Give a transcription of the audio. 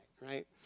right